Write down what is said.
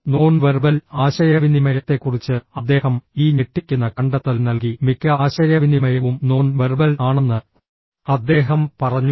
non verbal ആശയവിനിമയത്തെക്കുറിച്ച് അദ്ദേഹം ഈ ഞെട്ടിക്കുന്ന കണ്ടെത്തൽ നൽകി മിക്ക ആശയവിനിമയവും നോൺ വെർബൽ ആണെന്ന് അദ്ദേഹം പറഞ്ഞു